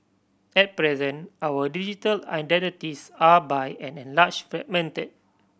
at present our digital identities are by and large fragmented